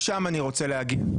לשם אני רוצה להגיע.